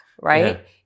right